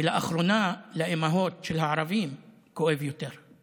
ולאחרונה לאימהות של הערבים כואב יותר.